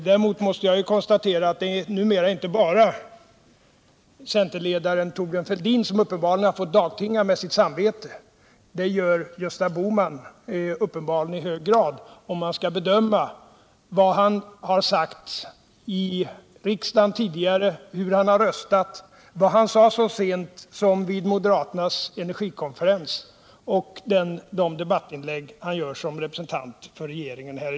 Däremot måste jag konstatera att numera är det uppenbarligen inte bara centerledaren Thorbjörn Fälldin som har fått dagtinga med sitt samvete; det har Gösta Bohman tydligen också fått göra i hög grad, om man skall jämföra vad han tidigare har sagt i riksdagen, hur han har röstat och vad han sade så sent som vid moderaternas energikonferens, med de debattinlägg som han i dag gör som representant för regeringen.